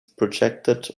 projected